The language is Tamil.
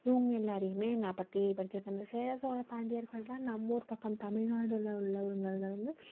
இவங்க எல்லாரையுமே நான் பற்றி படித்திருக்கேன் இந்த சேர சோழ பாண்டியர்கள் தான் நம்ம ஊர் பக்கம் தமிழ் நாடுல உள்ளவங்களை வந்து